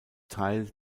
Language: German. teil